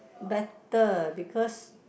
better because